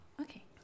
okay